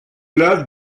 l’œuvre